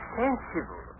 sensible